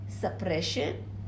suppression